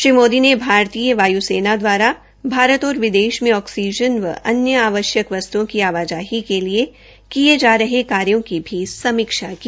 श्री मोदी ने भारतीय वायु सेना दवारा भारत और विदेश में ऑक्सीजन व अन्य आवश्यक वस्तुओं की आवाजाही के लिए किये जा रहे कार्यो की भी समीक्षा की